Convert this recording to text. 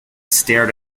stared